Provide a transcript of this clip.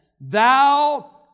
thou